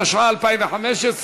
התשע"ה 2015,